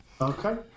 Okay